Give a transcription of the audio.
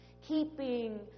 Keeping